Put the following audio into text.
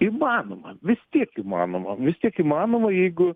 įmanoma vis tiek įmanoma vis tiek įmanoma jeigu